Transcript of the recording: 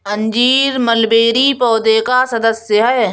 अंजीर मलबेरी पौधे का सदस्य है